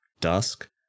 dusk